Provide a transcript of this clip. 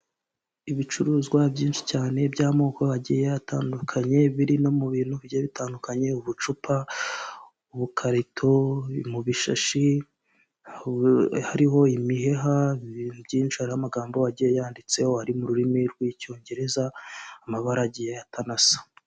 Ibicuruzwa byinshi cyane by'amoko agiye atandukanye biri no mu bintu bigiye bitandukanye, ubucupa, ubukarito, mu bishashi, aho hariho imiheha, ibintu byinshi hariho amagambo agiye yanditseho ari mu rurimi rw'icyongereza amabarage agiye atanasa.